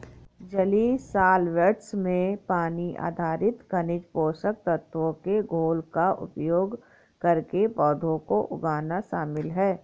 जलीय सॉल्वैंट्स में पानी आधारित खनिज पोषक तत्वों के घोल का उपयोग करके पौधों को उगाना शामिल है